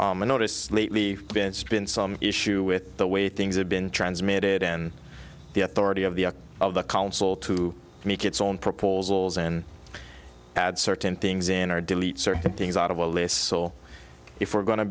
proposal i noticed lately been spin some issue with the way things have been transmitted in the authority of the of the council to make its own proposals in had certain things in or delete certain things out of our lists or if we're going to